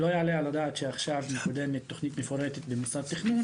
לא יעלה על הדעת שעכשיו מקודמת תוכנית מפורטת במשרד תכנון,